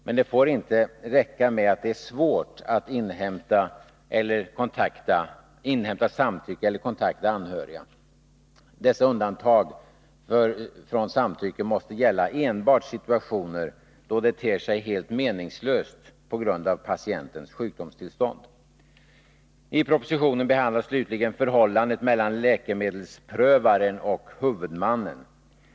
Men det får inte räcka med att det är svårt att inhämta samtycke eller kontakta anhöriga. Dessa undantag från skyldigheten att inhämta samtycke måste gälla enbart situationer då det ter sig meningslöst på grund av patientens sjukdomstillstånd. I propositionen behandlas slutligen förhållandet mellan läkemedelspröva ren och huvudmannen.